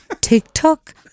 TikTok